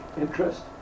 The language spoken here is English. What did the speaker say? interest